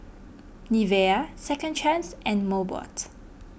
Nivea Second Chance and Mobot